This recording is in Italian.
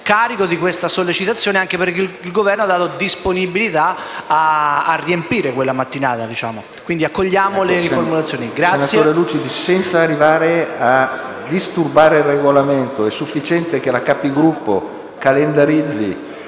Senatore Lucidi, senza arrivare a disturbare il Regolamento, è sufficiente che la Conferenza dei Capigruppo calendarizzi